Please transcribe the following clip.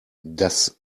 das